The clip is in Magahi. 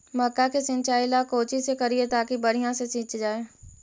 मक्का के सिंचाई ला कोची से करिए ताकी बढ़िया से सींच जाय?